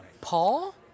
Paul